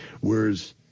Whereas